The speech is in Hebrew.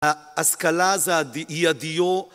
‫ההשכלה היא הדיו...